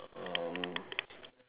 um